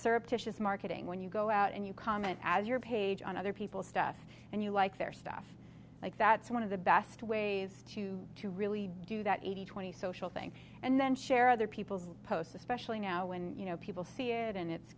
surreptitious marketing when you go out and you comment as your page on other people's stuff and you like their stuff like that so one of the best ways to to really do that eighty twenty social thing and then share other people's posts especially now when you know people see it and it's